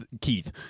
Keith